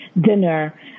dinner